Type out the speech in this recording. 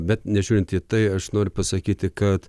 bet nežiūrint į tai aš noriu pasakyti kad